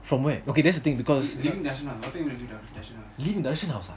from where okay that's the thing because leaving Darshan house eh